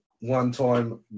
one-time